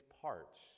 parts